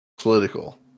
Political